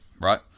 right